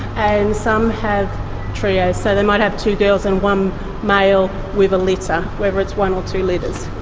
and some have trios, so they might have two girls and one male with a litter, whether it's one or two litters.